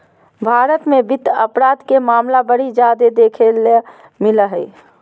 भारत मे वित्त अपराध के मामला बड़ी जादे देखे ले मिलो हय